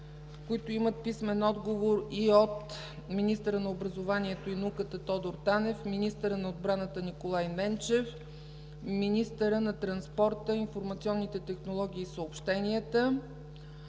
които имат писмен отговор и от министъра на образованието и науката Тодор Танев, министъра на отбраната Николай Ненчев, министъра на транспорта, информационните технологии и съобщенията;